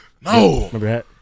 No